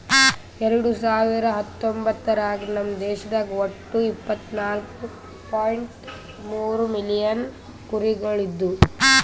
ಎರಡು ಸಾವಿರ ಹತ್ತೊಂಬತ್ತರಾಗ ನಮ್ ದೇಶದಾಗ್ ಒಟ್ಟ ಇಪ್ಪತ್ನಾಲು ಪಾಯಿಂಟ್ ಮೂರ್ ಮಿಲಿಯನ್ ಕುರಿಗೊಳ್ ಇದ್ದು